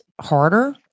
harder